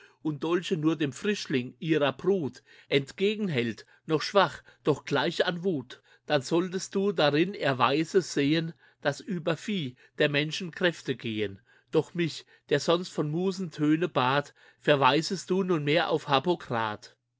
und dolche nur dem frischling ihrer brut entgegen hält noch schwach doch gleich an wut dann solltest du darin erweise sehen dass über vieh der menschen kräfte gehen doch mich der sonst von musen töne bat verweisest du nunmehr auf